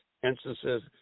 instances